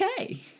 okay